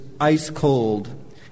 ice-cold